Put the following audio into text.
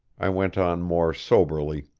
i went on more soberly